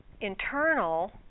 internal